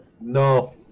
No